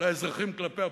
לאזרחים כלפי הפוליטיקאים.